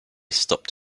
stopped